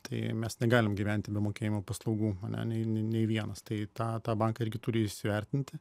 tai mes negalim gyventi be mokėjimo paslaugų ane nei nei vienas tai tą tą bankai irgi turi įsivertinti